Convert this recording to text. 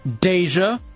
Deja